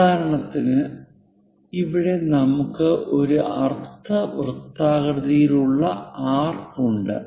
ഉദാഹരണത്തിന് ഇവിടെ നമുക്ക് ഒരു അർദ്ധ വൃത്താകൃതിയിലുള്ള ആർക്ക് ഉണ്ട്